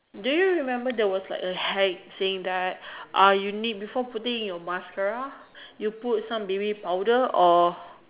do you remember there was like a hike seeing die uh you need before putting in your mascara you put some baby powder or